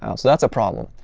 um so that's a problem.